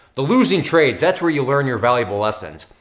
the losing trades, that's where you learn your valuable lessons.